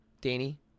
Danny